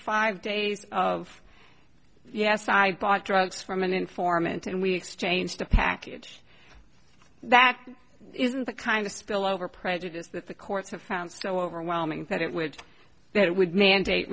five days of yes i bought drugs from an informant and we exchanged a package that isn't the kind of spillover prejudice that the courts have found so overwhelming that it would that would mandate